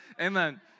Amen